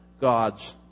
God's